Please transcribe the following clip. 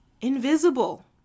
invisible